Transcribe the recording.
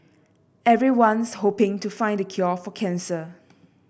everyone's hoping to find the cure for cancer